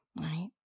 right